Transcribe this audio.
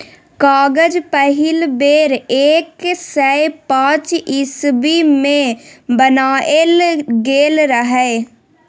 कागज पहिल बेर एक सय पांच इस्बी मे बनाएल गेल रहय